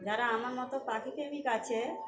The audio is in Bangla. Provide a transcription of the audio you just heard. যারা আমার মতো পাখি প্রেমিক আছে